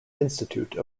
institute